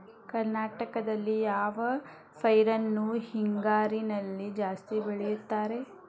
ಕರ್ನಾಟಕದಲ್ಲಿ ಯಾವ ಪೈರನ್ನು ಹಿಂಗಾರಿನಲ್ಲಿ ಜಾಸ್ತಿ ಬೆಳೆಯುತ್ತಾರೆ?